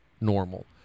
normal